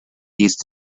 these